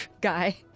guy